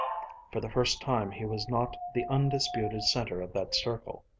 for the first time he was not the undisputed center of that circle.